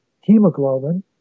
hemoglobin